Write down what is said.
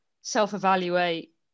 self-evaluate